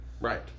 Right